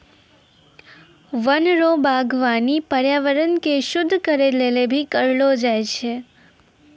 वन रो वागबानी पर्यावरण के शुद्ध करै लेली भी करलो जाय छै